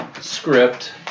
script